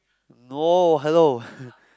no hello